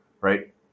right